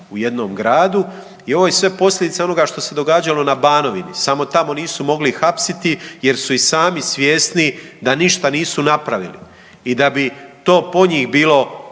u jednom gradu i ovo je sve posljedica onoga što se događalo na Banovini samo tamo nisu mogli hapsiti jer su i sami svjesni da ništa nisu napravili i da bi to po njih bilo